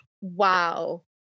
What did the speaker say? wow